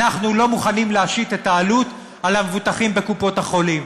אנחנו לא מוכנים להשית את העלות על המבוטחים בקופות-החולים.